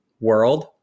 world